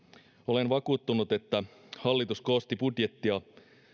olen vakuuttunut että hallitus koosti budjettia